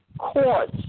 courts